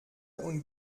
und